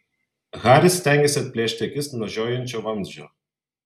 haris stengėsi atplėšti akis nuo žiojinčio vamzdžio